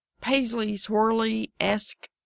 paisley-swirly-esque